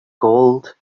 gold